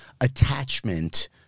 attachment